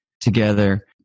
together